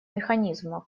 механизмов